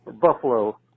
Buffalo